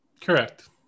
correct